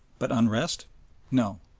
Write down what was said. but unrest no.